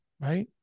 Right